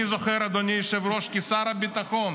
אני זוכר, אדוני היושב-ראש, כשר הביטחון